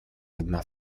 одна